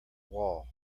wall